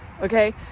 Okay